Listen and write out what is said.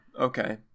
okay